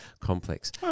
complex